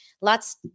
Lots